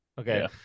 Okay